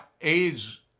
AIDS